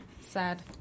Sad